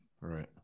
right